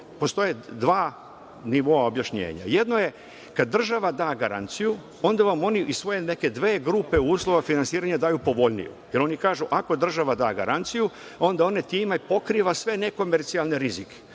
postoje dva nivoa objašenjenja. Jedno je kada država da garanciju onda vam oni iz svoje neke dve grupe uslova finansiranja daju povoljnije. Jer, oni kažu ako država da garanciju onda ona time pokriva sve nekomercijalne rizike.